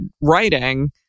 writing